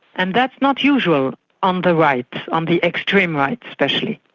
and that's not usual on the right, on the extreme right especially.